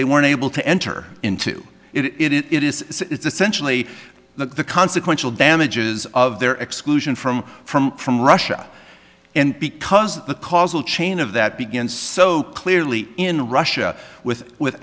they were unable to enter into it it is it's essentially the consequential damages of their exclusion from from from russia and because the causal chain of that begins so clearly in russia with with